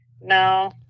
No